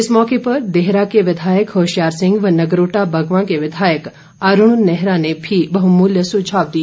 इस मौके पर देहरा के विधायक होशियार सिंह व नगरोटा बगवां के विधायक अरूण नेहरा ने भी बहुमूल्य सुझाव दिए